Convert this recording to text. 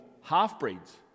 half-breeds